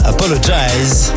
Apologize